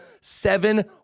Seven